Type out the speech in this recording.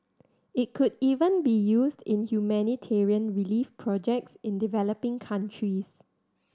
it could even be used in humanitarian relief projects in developing countries